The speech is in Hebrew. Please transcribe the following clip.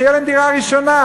שתהיה להם דירה ראשונה,